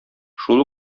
шул